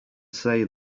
say